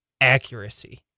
accuracy